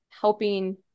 helping